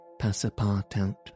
Passapartout